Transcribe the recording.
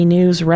News